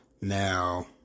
now